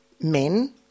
men